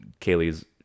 Kaylee's